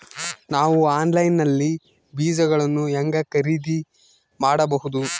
ನಾವು ಆನ್ಲೈನ್ ನಲ್ಲಿ ಬೇಜಗಳನ್ನು ಹೆಂಗ ಖರೇದಿ ಮಾಡಬಹುದು?